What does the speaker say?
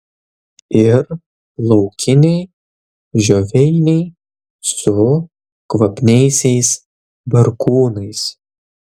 ir laukiniai žioveiniai su kvapniaisiais barkūnais